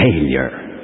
failure